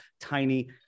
tiny